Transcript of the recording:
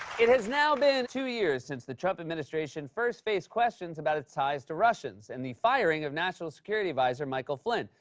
it has now been two years since the trump administration first faced questions about his ties to russians and the firing of national security adviser michael flynn.